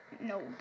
no